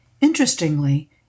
Interestingly